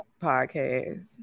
podcast